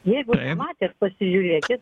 jeigu matėt pasižiūrėkit